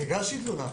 אני הגשתי תלונה.